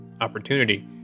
opportunity